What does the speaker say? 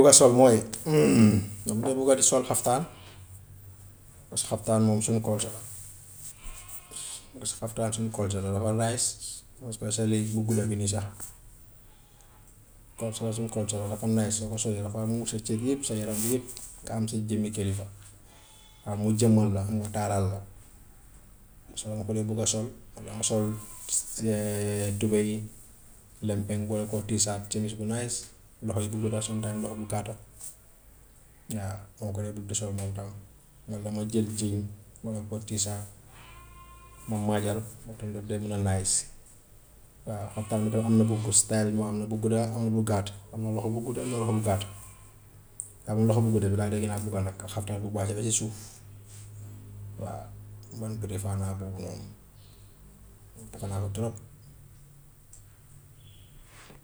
Bugga sol mooy, ñoom dee bugga di sol xaftaan, because xaftaan moom suñu clothe la, xaftaan suñu clothe la soo solee bu bulo bi nii sax, clothe moom suñu clothe la dafa nice, soo ko solee dafa muur sa cër yëpp sa yaram bi yëpp nga am sa jëmmi kilifa, waaw mu jëmmal la mu taaral la. So dama ko dee bugga sol, walla ma sol tubey boole koog tee-shirt chemise bu nice, loxo yu gudd sometime loxo bu gàtta, waaw dama ko dee bugg di sol moom tam. Man damay jël jean boole koog tee-shirt mu moom tamit dina nice, waaw xaftaan bi tam am na bu gu- style moom am na bu gudda, am na bu gàtt, am na loxo bu gudd, am na loxo bu gàtt, waaye man loxo bu gudda bi laa dee gën a bugga nag, xaftaan bu wàcc ba ci suuf, waaw man prefer naa boobu noonu, man bugga naa ko trop.